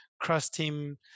cross-team